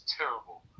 terrible